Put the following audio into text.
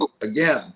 again